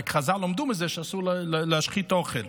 רק שחז"ל למדו מזה שאסור להשחית אוכל.